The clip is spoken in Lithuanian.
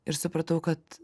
ir supratau kad